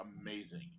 amazing